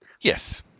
Yes